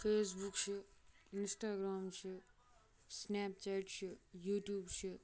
Facebook چھِ Instagram چھِ Snapchat چھُ یوٗٹیوٗب چھِ